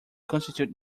constitute